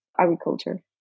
agriculture